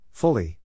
Fully